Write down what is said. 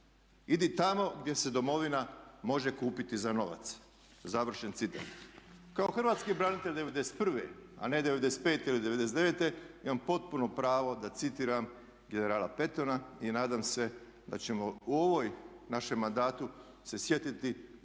Idi tamo gdje se domovina može kupiti za novac." Završen citat. Kao hrvatski branitelj '91. a ne '95. ili '99. imam potpuno pravo da citiram generala Pattona i nadam se da ćemo u ovom našem mandatu se sjetiti